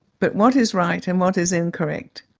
but what is right and what is incorrect?